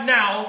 now